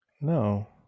No